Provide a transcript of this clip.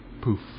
poof